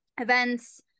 events